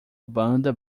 banda